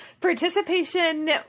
Participation